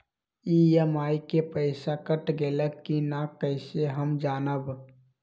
EMI के पईसा cut गेलक कि ना कइसे हम जानब?